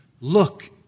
look